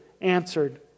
answered